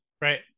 Right